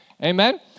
Amen